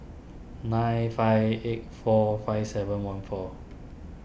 nine five eight four five seven one four